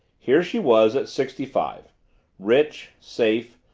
here she was at sixty five rich, safe,